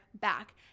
back